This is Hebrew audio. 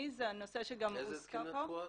איזו תקינה תקועה?